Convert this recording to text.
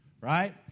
right